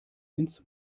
ins